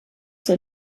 zur